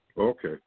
Okay